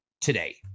today